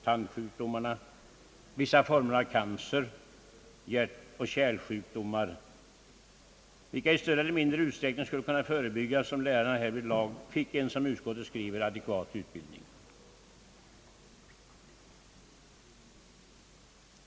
Tandsjukdomarna, vissa former av cancer och hjärtoch kärlsjukdomar skulle i större eller mindre utsträckning kunna förebyggas om lä rarna fick en, som utskottet skriver, »adekvat utbildning».